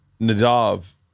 Nadav